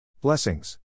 Blessings